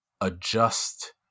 adjust